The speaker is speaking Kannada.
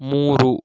ಮೂರು